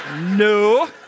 no